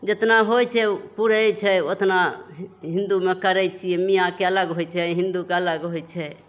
जेतना होइ छै पूड़ै छै ओतना हि हिन्दूमे करै छियै मियाँके अलग होइ छै हिन्दूके अलग होइ छै